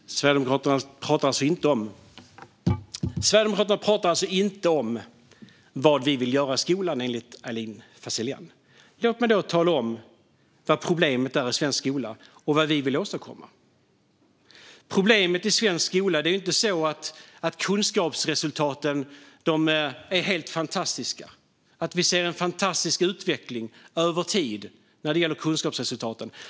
Herr talman! Enligt Aylin Fazelian pratar inte Sverigedemokraterna om vad vi vill göra med skolan. Låt mig då tala om vad problemet är i svensk skola och vad vi vill åstadkomma. Det är inte så att kunskapsresultaten är helt fantastiska och att vi ser en fantastisk utveckling över tid när det gäller kunskapsresultaten.